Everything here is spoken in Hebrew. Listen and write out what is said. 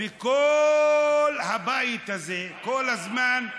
בכל הבית הזה כל הזמן,